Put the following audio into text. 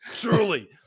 Truly